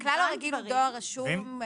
הכלל הרגיל הוא דואר רשום.